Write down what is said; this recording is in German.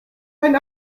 ein